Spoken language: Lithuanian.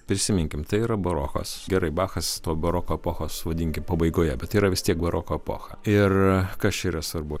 prisiminkim tai yra barokas gerai bachas to baroko epochos vadinkim pabaigoje bet tai yra vis tiek baroko epocha ir kas čia yra svarbu